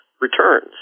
returns